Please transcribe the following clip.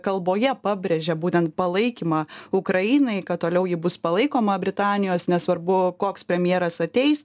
kalboje pabrėžė būtent palaikymą ukrainai kad toliau ji bus palaikoma britanijos nesvarbu koks premjeras ateis